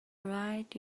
right